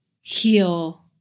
heal